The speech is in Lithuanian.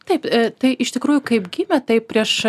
taip tai iš tikrųjų kaip gimė taip prieš